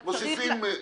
מוסיפים.